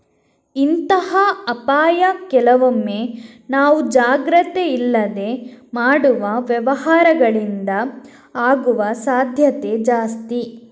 ಇಂತಹ ಅಪಾಯ ಕೆಲವೊಮ್ಮೆ ನಾವು ಜಾಗ್ರತೆ ಇಲ್ಲದೆ ಮಾಡುವ ವ್ಯವಹಾರಗಳಿಂದ ಆಗುವ ಸಾಧ್ಯತೆ ಜಾಸ್ತಿ